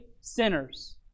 sinners